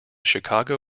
chicago